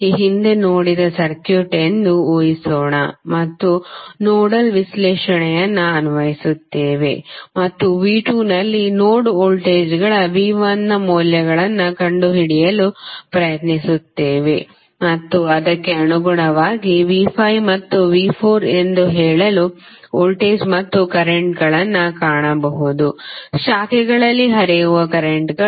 ಈ ಹಿಂದೆ ನೋಡಿದ ಸರ್ಕ್ಯೂಟ್ ಎಂದು ಊಹಿಸೋಣ ಮತ್ತು ನೋಡಲ್ ವಿಶ್ಲೇಷಣೆಯನ್ನು ಅನ್ವಯಿಸುತ್ತೇವೆ ಮತ್ತು V2 ನಲ್ಲಿ ನೋಡ್ ವೋಲ್ಟೇಜ್ಗಳ V1 ನ ಮೌಲ್ಯಗಳನ್ನು ಕಂಡುಹಿಡಿಯಲು ಪ್ರಯತ್ನಿಸುತ್ತೇವೆ ಮತ್ತು ಅದಕ್ಕೆ ಅನುಗುಣವಾಗಿ V5 ಮತ್ತು V4 ಎಂದು ಹೇಳಲು ವೋಲ್ಟೇಜ್ ಮತ್ತು ಕರೆಂಟ್ಗಳನ್ನು ಕಾಣಬಹುದು ಮತ್ತು ಶಾಖೆಗಳಲ್ಲಿ ಹರಿಯುವ ಕರೆಂಟ್ಗಳು